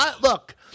Look